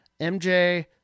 mj